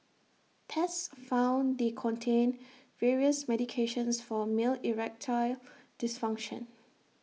tests found they contained various medications for male erectile dysfunction